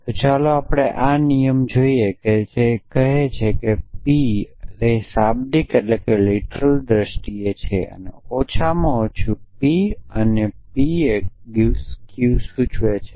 તેથી ચાલો આપણે ફક્ત આ નિયમ જોઈએ કે તે શું કહે છે તે P કહે છે અથવા તે શાબ્દિક દ્રષ્ટિએ કહે છે ઓછામાં ઓછું P અને P 🡪 Q સૂચવે છે